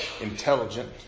intelligent